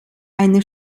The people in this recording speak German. eine